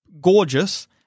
gorgeous